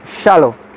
shallow